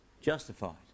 Justified